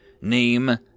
Name